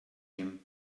him